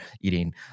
eating